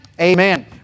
Amen